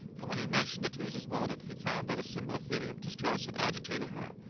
and when he mentioned it to mrs. weldon he found that a similar feeling of distrust had agitated her,